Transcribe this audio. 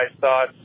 thoughts